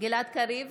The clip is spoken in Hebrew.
גלעד קריב,